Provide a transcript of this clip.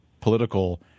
political